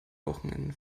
wochenenden